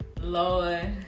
Lord